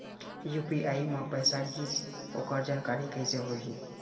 UPI म पैसा गिस ओकर जानकारी कइसे होही?